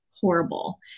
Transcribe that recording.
horrible